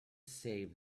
save